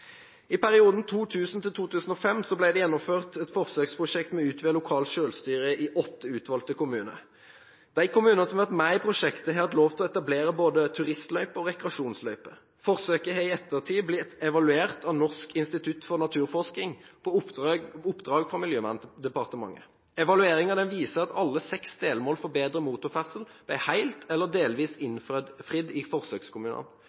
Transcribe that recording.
I perioden 2000–2005 ble det gjennomført et forsøksprosjekt med utvidet lokalt selvstyre i åtte utvalgte kommuner. De kommunene som har vært med i prosjektet, har hatt lov til å etablere både turistløyper og rekreasjonsløyper. Forsøket har i ettertid blitt evaluert av Norsk institutt for naturforskning på oppdrag fra Miljøverndepartementet. Evalueringen viser at alle seks delmål for bedre motorferdsel ble helt eller delvis innfridd i forsøkskommunene.